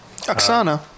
Oksana